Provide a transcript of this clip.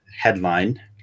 headline